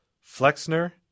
Flexner